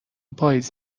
پاییز